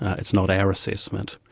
it's not our assessment.